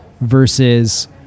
versus